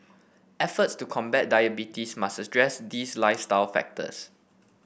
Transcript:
efforts to combat diabetes must address these lifestyle factors